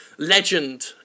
Legend